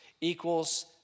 equals